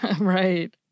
Right